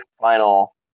final